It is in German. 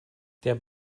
der